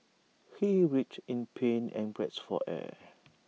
he writhed in pain and gasped for air